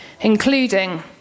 including